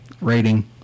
rating